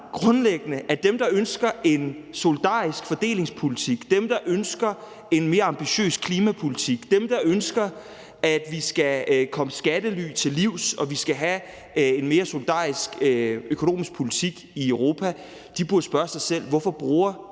grundlæggende, at dem, der ønsker en solidarisk fordelingspolitik, og dem, der ønsker en mere ambitiøs klimapolitik, og dem, der ønsker, at vi skal komme skattely til livs, og at vi skal have en mere solidarisk økonomisk politik i Europa, burde spørge sig selv: Hvorfor bruger